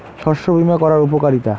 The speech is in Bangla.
শস্য বিমা করার উপকারীতা?